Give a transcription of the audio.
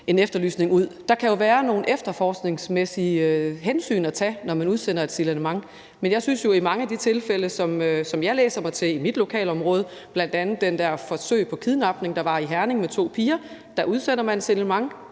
en efterlysning ud. Der kan jo være nogle efterforskningsmæssige hensyn at tage, når man udsender et signalement, men jeg synes, at i mange af de tilfælde, som jeg læser mig til i mit lokalområde, skriver man det. Bl.a. i forbindelse med det der forsøg på kidnapning af to piger i Herning udsender man et signalement: